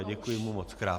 Děkuji mu mockrát.